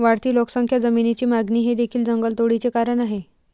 वाढती लोकसंख्या, जमिनीची मागणी हे देखील जंगलतोडीचे कारण आहे